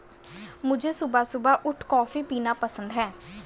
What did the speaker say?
मुझे सुबह सुबह उठ कॉफ़ी पीना पसंद हैं